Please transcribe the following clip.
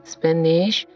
Spanish